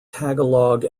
tagalog